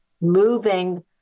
moving